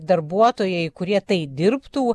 darbuotojai kurie tai dirbtų